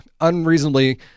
unreasonably